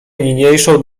niniejszą